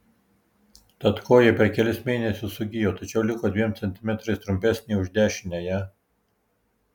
tad koja per kelis mėnesius sugijo tačiau liko dviem centimetrais trumpesnė už dešiniąją